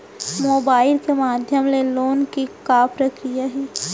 Mobile के माधयम ले लोन के का प्रक्रिया हे?